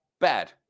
bad